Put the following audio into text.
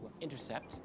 intercept